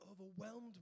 overwhelmed